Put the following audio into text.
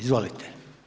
Izvolite.